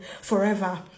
forever